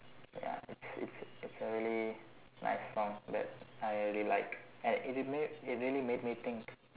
ya it's it's a really nice song that I really like and it it really made me think